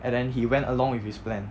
and then he went along with his plan